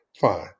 Fine